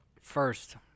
first